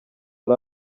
ari